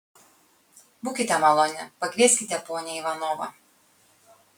būkite maloni pakvieskite ponią ivanovą